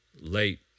late